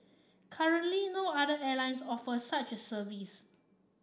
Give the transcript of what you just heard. currently no other airlines offer such a service